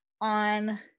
on